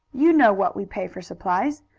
you know what we pay for supplies.